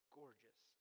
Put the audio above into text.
gorgeous